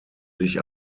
sich